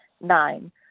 Nine